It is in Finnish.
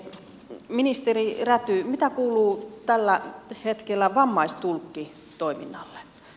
ministeri räty mitä kuuluu tällä hetkellä vammaistulkkitoiminnalle